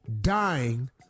dying